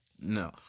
No